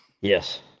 Yes